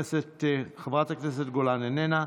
חברת הכנסת רגב, איננה,